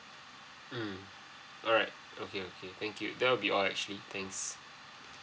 mm alright okay okay thank you that will be all actually thanks